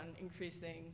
increasing